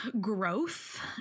growth